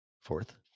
Fourth